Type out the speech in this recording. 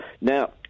Now